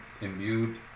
imbued